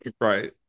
right